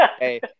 Hey